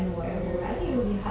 mm hmm mm